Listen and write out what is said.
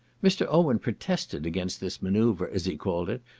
mr. owen protested against this manoeuvre, as he called it,